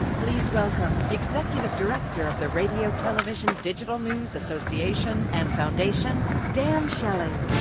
please welcome executive director of the radio television digital news association and foundation, dan shelley.